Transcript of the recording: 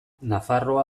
nafarroa